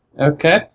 Okay